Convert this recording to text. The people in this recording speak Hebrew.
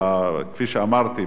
כפי שאמרתי,